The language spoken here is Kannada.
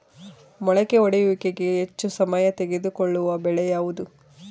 ಮೊಳಕೆ ಒಡೆಯುವಿಕೆಗೆ ಹೆಚ್ಚು ಸಮಯ ತೆಗೆದುಕೊಳ್ಳುವ ಬೆಳೆ ಯಾವುದು?